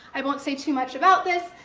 i won't say too much about this.